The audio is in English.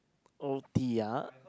o_t ah